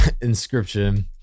inscription